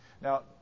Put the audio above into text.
Now